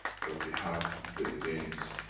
but we have to play games,